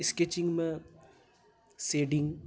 sketching मे shadowing